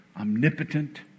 omnipotent